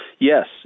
Yes